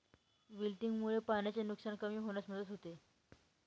विल्टिंगमुळे पाण्याचे नुकसान कमी होण्यास मदत होते